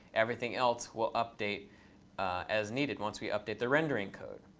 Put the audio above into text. everything else will update as needed once we update the rendering code.